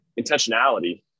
intentionality